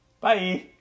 Bye